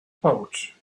pouch